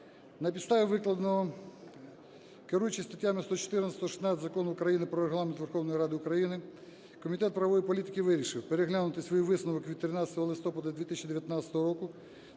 На підставі викладеного, керуючись статтями 114, 116 Закону України "Про Регламент Верховної Ради України", Комітет правової політики вирішив переглянути свій висновок від 13 листопада 2019 року